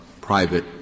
private